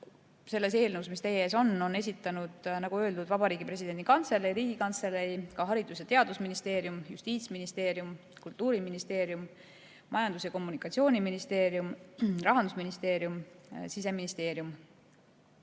selle eelnõu kohta, mis teie ees on, esitanud Vabariigi Presidendi Kantselei, Riigikantselei, Haridus- ja Teadusministeerium, Justiitsministeerium, Kultuuriministeerium, Majandus- ja Kommunikatsiooniministeerium, Rahandusministeerium ja Siseministeerium.